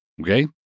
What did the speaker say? Okay